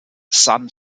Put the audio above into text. sun